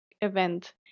event